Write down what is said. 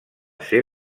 ser